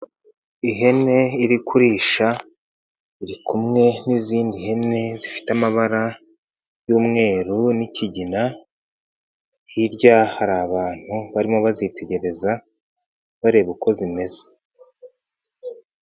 Ihene iri kurisha iri kumwe n'izindi hene zifite amabara y'umweru n'ikigina, hirya hari abantu barimo bazitegereza bareba uko zimeze.